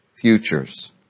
futures